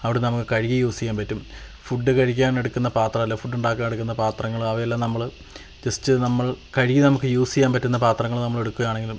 അവിടെ നിന്ന് നമുക്ക് കഴുകി യുസ് ചെയ്യാൻ പറ്റും ഫുഡ് കഴിക്കാന് എടുക്കുന്ന പാത്രം അല്ലെങ്കിൽ ഫുഡ് ഉണ്ടാക്കാനെടുക്കുന്ന പാത്രങ്ങൾ അവയെല്ലാം നമ്മൾ ജസ്റ്റ് നമ്മള് കഴുകി നമുക്ക് യൂസ് ചെയ്യാന് പറ്റുന്ന പാത്രങ്ങൾ നമ്മൾ എടുക്കുകയാണെങ്കിലും